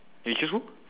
you choose who